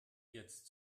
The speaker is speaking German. jetzt